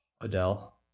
Adele